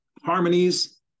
harmonies